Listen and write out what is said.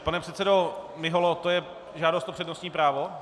Pane předsedo Miholo, to je žádost o přednostní právo?